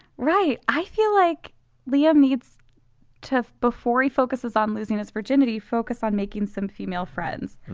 right i feel like liam needs to have before he focuses on losing his virginity focus on making some female friends.